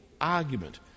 argument